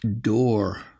door